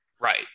Right